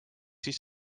siis